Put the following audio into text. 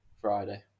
friday